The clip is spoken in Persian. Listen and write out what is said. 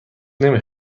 نمی